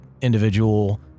individual